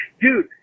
Dude